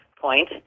point